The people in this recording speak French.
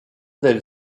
del